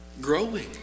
growing